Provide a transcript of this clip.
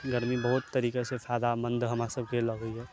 गरमी बहुत तरीका से फायदामन्द हमरा सबके लगैया